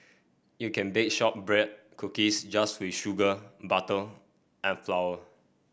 you can bake shortbread cookies just with sugar butter and flour